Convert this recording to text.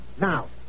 Now